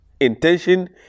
Intention